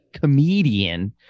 comedian